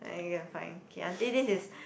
then you go and find okay auntie this is